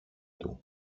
του